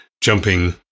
jumping